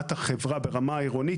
וברמת החברה ברמה העירונית,